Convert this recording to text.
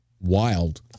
wild